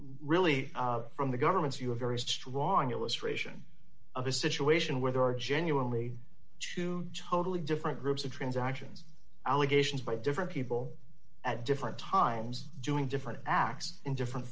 really from the government's view a very strong illustration of a situation where there are genuinely two totally different groups of transactions allegations by different people at different times doing different acts in different